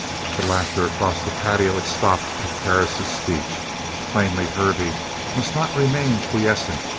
the laughter across the patio had stopped at perris' speech plainly hervey must not remain quiescent.